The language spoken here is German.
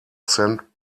cent